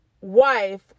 wife